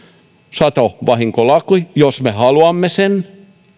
satovahinkolain jos me haluamme sen